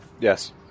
Yes